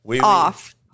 off